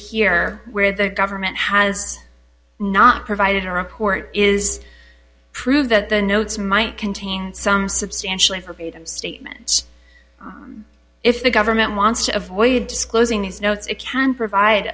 here where the government has not provided a report is prove that the notes might contain some substantially forbade statements if the government wants to avoid disclosing these notes it can provide